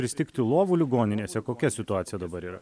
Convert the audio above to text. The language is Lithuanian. pristigti lovų ligoninėse kokia situacija dabar yra